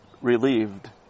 relieved